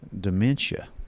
dementia